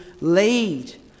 lead